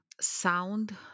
sound